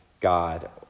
God